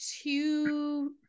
two